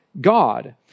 God